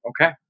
Okay